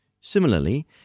Similarly